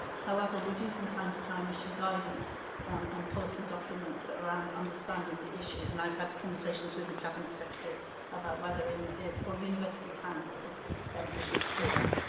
however, we do, from time to time, issue guidance and policy documents around understanding the issues, and i've had conversations with the cabinet secretary about whether, and for university towns, it's beneficial to do that.